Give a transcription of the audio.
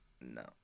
no